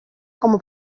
como